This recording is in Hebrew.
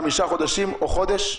חמישה חודשים או חודש?